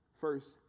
First